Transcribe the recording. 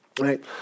right